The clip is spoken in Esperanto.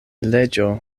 leĝo